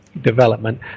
Development